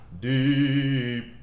Deep